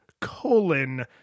colon